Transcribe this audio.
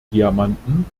diamanten